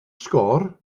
sgôr